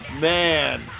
Man